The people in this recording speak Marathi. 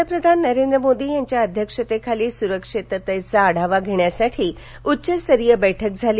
पंतप्रधान नरेंद्र मोदी यांच्या अध्यक्षतेखाली सुरक्षेचा आढावा घेण्यासाठी उच्चस्तरीय बैठक झाली